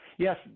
Yes